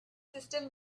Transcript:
system